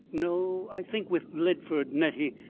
no. i think with leadford, nettie,